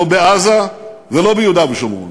לא בעזה ולא ביהודה ושומרון,